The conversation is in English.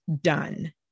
done